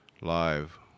Live